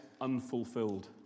unfulfilled